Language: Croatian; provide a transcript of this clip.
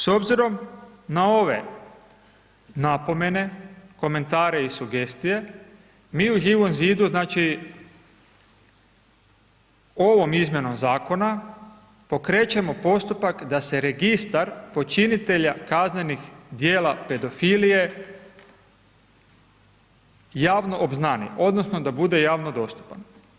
S obzirom na ove napomene, komentare i sugestije, mi u Živom zidu znači ovom izmjenom zakona pokrećemo postupak da se registar počinitelja kaznenih djela pedofilije javno obznani odnosno da bude javno dostupan.